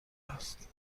است